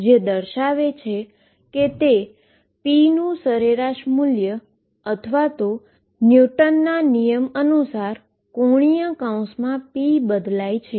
જે દર્શાવે છે કે તે p નું એવરેજ વેલ્યુ અથવા ન્યુટનના નિયમ અનુસાર ⟨p⟩ બદલાય છે